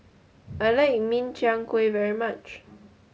I like Min Chiang Kueh very much